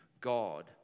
God